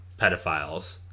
pedophiles